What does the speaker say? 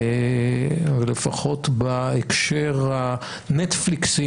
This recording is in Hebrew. ולפחות בהקשר הנטפליקס,